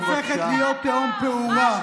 הופכת להיות תהום פעורה.